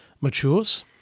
matures